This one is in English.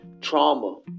Trauma